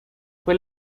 fue